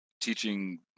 teaching